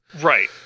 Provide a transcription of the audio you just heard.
Right